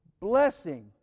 blessing